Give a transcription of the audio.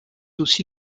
aussi